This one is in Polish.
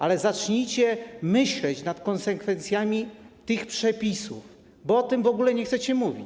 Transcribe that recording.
Ale zacznijcie myśleć nad konsekwencjami tych przepisów, bo o tym w ogóle nie chcecie mówić.